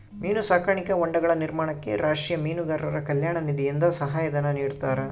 ಮೀನು ಸಾಕಾಣಿಕಾ ಹೊಂಡಗಳ ನಿರ್ಮಾಣಕ್ಕೆ ರಾಷ್ಟೀಯ ಮೀನುಗಾರರ ಕಲ್ಯಾಣ ನಿಧಿಯಿಂದ ಸಹಾಯ ಧನ ನಿಡ್ತಾರಾ?